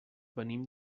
venim